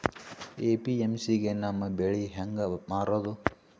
APMC ಗೆ ನಮ್ಮ ಬೆಳಿ ಹೆಂಗ ಮಾರೊದ?